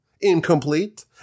incomplete